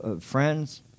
friends